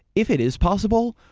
if it is possible,